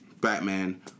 Batman